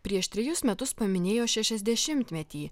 prieš trejus metus paminėjo šešiasdešimtmetį